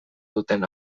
duten